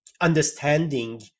understanding